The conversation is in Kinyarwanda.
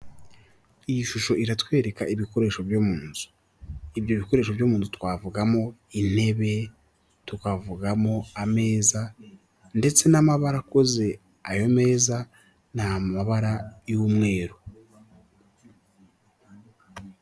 Iyi shusho iratwereka ibikoresho byo mu nzu, ibyo bikoresho byo mu nzu twavugamo intebe tukavugamo ameza ndetse n'amabara akoze ayo meza ni amabara y'umweru.